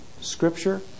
scripture